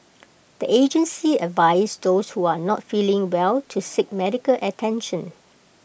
the agency advised those one not feeling well to seek medical attention